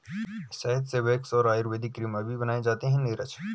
शहद से वैक्स और आयुर्वेदिक क्रीम अभी बनाए जाते हैं नीरज